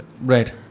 Right